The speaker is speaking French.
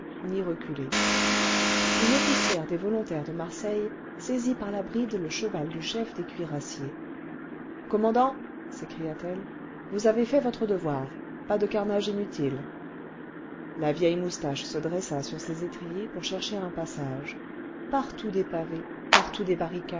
ni reculer une officière des volontaires de marseille saisit par la bride le cheval du chef des cuirassiers commandant s'écria-t-elle vous avez fait votre devoir pas de carnage inutile la vieille moustache se dressa sur ses étriers pour chercher un passage partout des pavés partout des